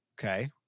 Okay